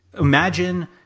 imagine